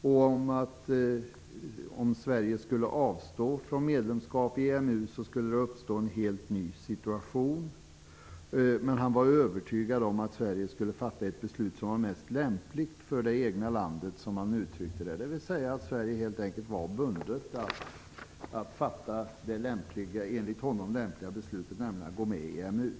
Om Sverige skulle avstå från medlemskap i EMU skulle det uppstå en helt ny situation. Men han är övertygad om att Sverige kommer att fatta det beslut som är mest lämpligt för det egna landet, som han uttrycker det. Sverige är helt enkelt bundet att fatta det enligt honom mest lämpliga beslutet, nämligen att gå med i EMU.